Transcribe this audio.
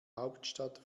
hauptstadt